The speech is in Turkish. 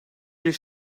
bir